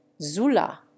Zula